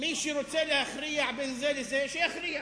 מי שרוצה להכריע בין זה לזה, שיכריע.